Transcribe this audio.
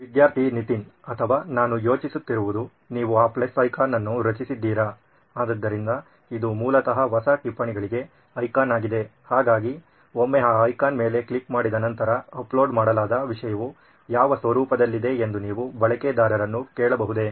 ವಿದ್ಯಾರ್ಥಿ ನಿತಿನ್ ಅಥವಾ ನಾನು ಯೋಚಿಸುತ್ತಿರುವುದು ನೀವು ಆ ಪ್ಲಸ್ ಐಕಾನ್ ಅನ್ನು ರಚಿಸಿದ್ದೀರಾ ಆದ್ದರಿಂದ ಇದು ಮೂಲತಃ ಹೊಸ ಟಿಪ್ಪಣಿಗಳಿಗೆ ಐಕಾನ್ ಆಗಿದೆ ಹಾಗಾಗಿ ಒಮ್ಮೆ ಆ ಐಕಾನ್ ಮೇಲೆ ಕ್ಲಿಕ್ ಮಾಡಿದ ನಂತರ ಅಪ್ಲೋಡ್ ಮಾಡಲಾದ ವಿಷಯವು ಯಾವ ಸ್ವರೂಪದಲ್ಲಿದೆ ಎಂದು ನೀವು ಬಳಕೆದಾರರನ್ನು ಕೇಳಬಹುದೇ